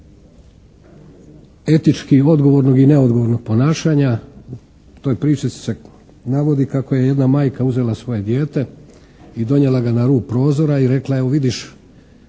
etički odgovornog i neodgovornog ponašanja. U toj priči se navodi kako je jedna majka uzela svoje dijete i donijela ga na rub prozora i rekla evo vidiš